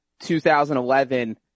2011